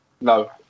no